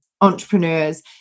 entrepreneurs